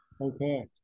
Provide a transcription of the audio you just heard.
okay